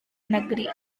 negeri